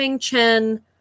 Chen